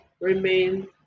remain